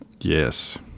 Yes